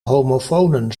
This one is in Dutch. homofonen